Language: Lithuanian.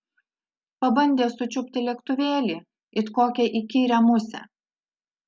pabandė sučiupti lėktuvėlį it kokią įkyrią musę